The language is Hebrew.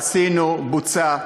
עשינו, בוצע.